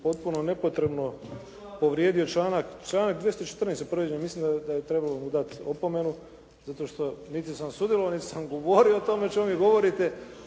potpuno nepotrebno povrijedio članak 214. je povrijeđen. Mislim da je trebalo mu dati opomenu zato što niti sam sudjelovao niti sam govorio o tome o čemu vi govorite.